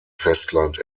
festland